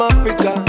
Africa